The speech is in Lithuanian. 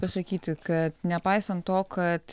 pasakyti kad nepaisant to kad